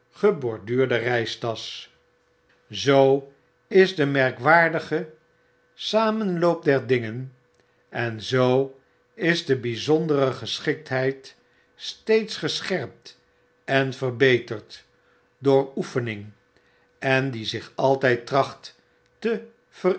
geborduurde eeistasch zoo is de merkwaardige samenloop der dingen en zoo is de byzondere geschiktheid steeds gescherpt en verbeterd door oefening en die zich altyd tracht te